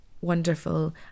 wonderful